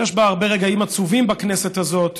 יש בה הרבה רגעים עצובים בכנסת הזאת,